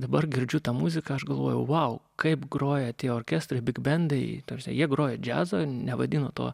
dabar girdžiu tą muziką aš galvojau vau kaip groja tie orkestrai bigbendai ta prasme jie grojo džiazą nevadino to